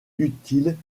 utiles